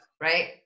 Right